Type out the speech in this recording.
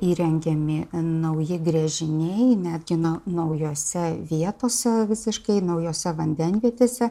įrengiami nauji gręžiniai netgi nau naujose vietose visiškai naujose vandenvietėse